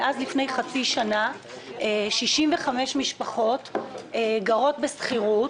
מאז 65 משפחות גרות בשכירות.